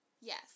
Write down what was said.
yes